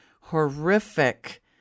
horrific